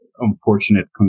Unfortunate